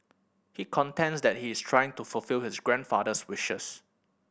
he contends that he is trying to fulfil his grandfather's wishes